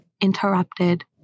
interrupted